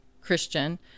Christian